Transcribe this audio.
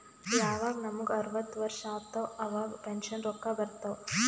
ಯವಾಗ್ ನಮುಗ ಅರ್ವತ್ ವರ್ಷ ಆತ್ತವ್ ಅವಾಗ್ ಪೆನ್ಷನ್ ರೊಕ್ಕಾ ಬರ್ತಾವ್